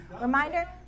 reminder